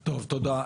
טוב, תודה.